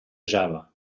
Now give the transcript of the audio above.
java